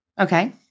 Okay